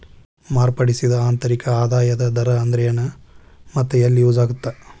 ಮಾರ್ಪಡಿಸಿದ ಆಂತರಿಕ ಆದಾಯದ ದರ ಅಂದ್ರೆನ್ ಮತ್ತ ಎಲ್ಲಿ ಯೂಸ್ ಆಗತ್ತಾ